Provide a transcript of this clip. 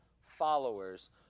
followers